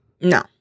No